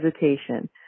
hesitation